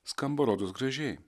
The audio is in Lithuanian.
skamba rodos gražiai